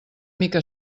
mica